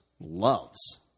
loves